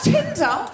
Tinder